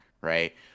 Right